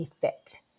fit